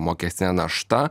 mokestine našta